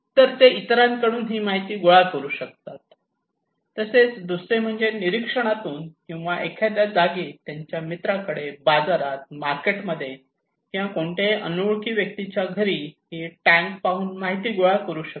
तर ते इतरांकडून ऐकून ही माहिती गोळा करू शकतात तसेच दुसरे म्हणजे निरीक्षणातून किंवा एखाद्या जागी त्यांच्या मित्राकडे बाजारात मार्केटमध्ये किंवा कोणत्याही अनोळखी व्यक्तीच्या घरी ही टॅंक पाहून माहिती गोळा करू शकतात